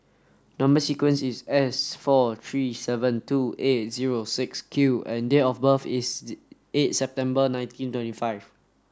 number sequence is S four three seven two eight zero six Q and date of birth is eight September nineteen twenty five